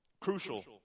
Crucial